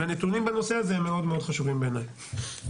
והנתונים בנושא הזה הם מאוד מאוד חשובים בעיניי.